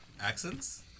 Accents